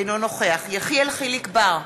אינו נוכח יחיאל חיליק בר,